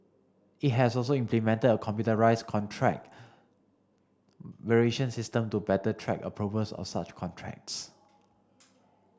it has also implemented a computerised contract variation system to better track approvals of such contracts